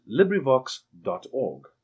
LibriVox.org